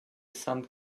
sainte